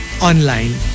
online